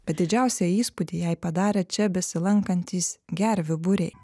bet didžiausią įspūdį jai padarė čia besilankantys gervių būriai